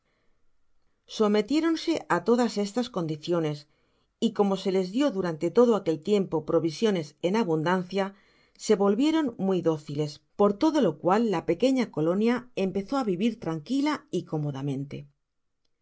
sometiéronse á todas estas condiciones y como se les dió durante todo áqjuefc tiempo provisiones en abundancia se volvieron muy dóciles por todo lo cual la pequeña colonia empezó a vivir tranquila y cómodamente